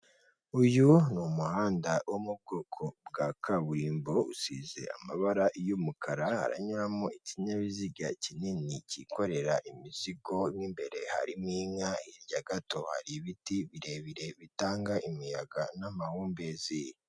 Uyu ni umuhanda wo mu bwoko bwa kaburimbo usize amabara y'umukara haranyuramo ikinyabiziga kinini cyikorera imizigo mu imbere harimo inka, hirya gato hari ibiti birebire bitanga imiyaga n'amahumbezi.